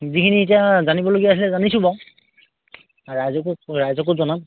যিখিনি এতিয়া জানিবলগীয়া আছিলে জানিছোঁ বাৰু আৰু ৰাইজকো ৰাইজকো জনাম